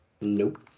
Nope